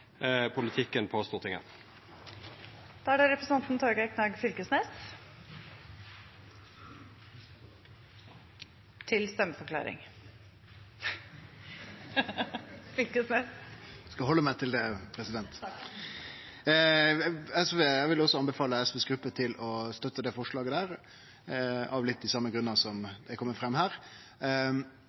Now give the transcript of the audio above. politikken på Stortinget. Da er det representanten Torgeir Knag Fylkesnes – til stemmeforklaring. Eg skal halde meg til det, president. Takk! Eg vil også anbefale SVs gruppe å støtte det forslaget der, av litt dei same grunnane som er komne fram her.